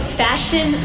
fashion